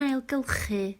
ailgylchu